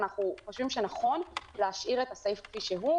אנחנו חושבים שנכון להשאיר את הסעיף כפי שהוא,